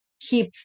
keep